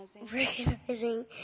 Recognizing